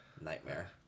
Nightmare